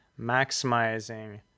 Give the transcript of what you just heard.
maximizing